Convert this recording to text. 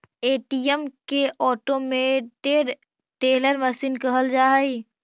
ATM के automated teller machine कहल जा हइ